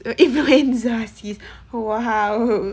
the influenza sis